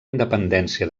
independència